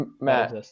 Matt